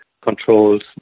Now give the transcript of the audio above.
controls